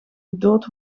gedood